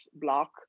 block